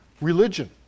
religion